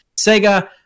Sega